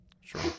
sure